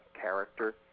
character